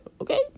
Okay